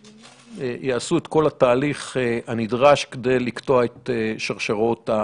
ויעשו את כל התהליך הנדרש כדי לקטוע את שרשראות ההדבקה.